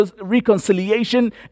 reconciliation